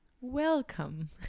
Welcome